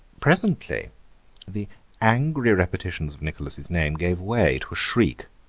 presently the angry repetitions of nicholas' name gave way to a shriek,